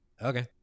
Okay